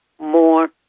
more